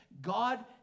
God